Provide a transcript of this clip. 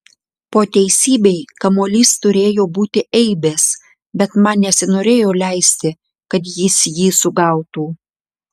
po teisybei kamuolys turėjo būti eibės bet man nesinorėjo leisti kad jis jį sugautų